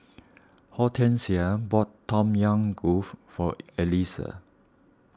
Hortensia bought Tom Yam Goong for Elisa